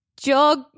Jog